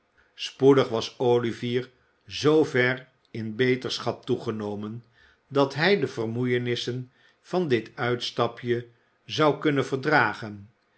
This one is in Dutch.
spoedig was olivier zoo ver in beterschap toegenomen dat hij de vermoeienissen van dit uitstapje zou kunnen verdragen